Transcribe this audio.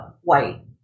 white